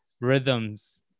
rhythms